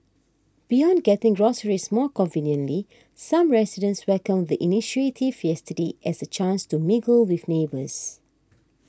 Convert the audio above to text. beyond getting groceries more conveniently some residents welcomed the initiative yesterday as a chance to mingle with neighbours